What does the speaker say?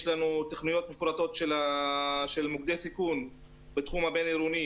יש לנו תוכניות מפורטות של מוקדי סיכון בתחום הבין-עירוני,